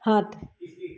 সাত